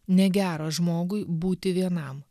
negera žmogui būti vienam